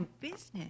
business